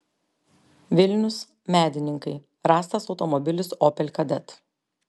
vilnius medininkai rastas automobilis opel kadett